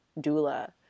doula